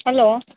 hello